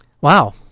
Wow